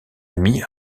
ami